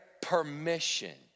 permission